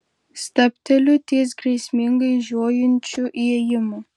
stabteliu ties grėsmingai žiojinčiu įėjimu